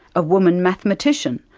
a woman mathematician,